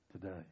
today